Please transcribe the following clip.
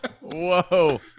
Whoa